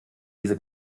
diese